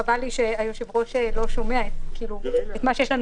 חבל לי שהיושב-ראש לא שומע את מה שיש לנו